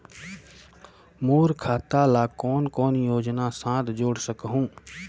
मोर खाता ला कौन कौन योजना साथ जोड़ सकहुं?